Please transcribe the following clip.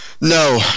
no